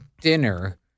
dinner